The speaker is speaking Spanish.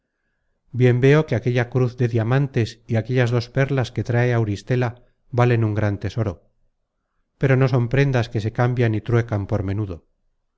bien veo que aquella cruz de diamantes y aquellas dos perlas que trae auristela valen un gran tesoro pero no son prendas que se cambian y truecan por menudo